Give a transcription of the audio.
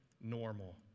normal